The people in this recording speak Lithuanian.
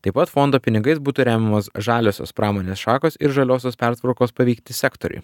taip pat fondo pinigais būtų remiamos žaliosios pramonės šakos ir žaliosios pertvarkos paveikti sektoriai